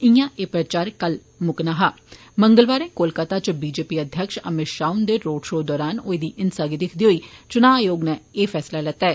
इयां एह् प्रचार कल मुकना हा मंगलवारे कोलकता इच बीजेपी अध्यक्ष अमित शाह हुन्दे रोड़ शो दौरान होई दी हिंसा गी दिक्खदे होई चुनां आयोग नै एह् फैसला लैता ऐ